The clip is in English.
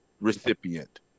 recipient